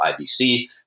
IBC